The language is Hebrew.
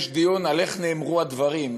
יש דיון על איך נאמרו הדברים.